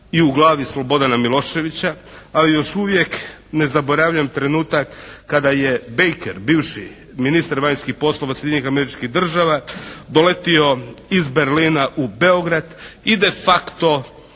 i u glavi Slobodana Miloševića, ali još uvijek ne zaboravljam trenutak kada je Baker, bivši ministar vanjskih poslova Sjedinjenih Američkih Država doletio iz Berlina u Beograd i de facto